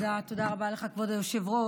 תודה רבה לך, כבוד היושב-ראש.